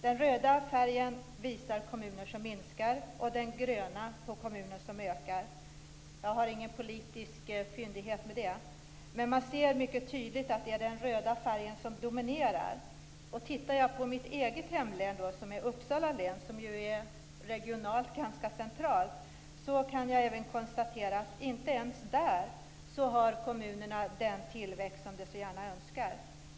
Den röda färgen visar kommuner som minskar och den gröna kommuner som ökar. Jag har ingen politisk fyndighet i det. Men man ser mycket tydligt att det är den röda färgen som dominerar. Tittar jag på mitt eget hemlän Uppsala län, som är regionalt ganska centralt, kan jag även konstatera att inte ens där har kommunerna den tillväxt som de så gärna önskar.